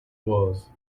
was